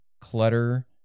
Clutter